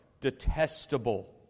detestable